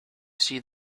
see